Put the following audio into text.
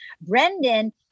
Brendan